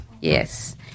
yes